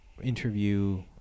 interview